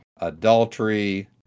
Adultery